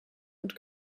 und